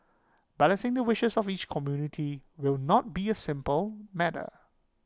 balancing the wishes of each community will not be A simple matter